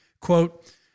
Quote